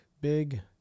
big